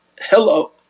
hello